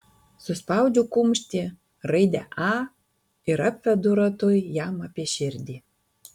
suspaudžiu kumštį raidę a ir apvedu ratu jam apie širdį